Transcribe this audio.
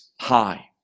high